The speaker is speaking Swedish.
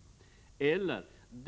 Andra förbehåll är att företaget skall ha